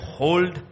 hold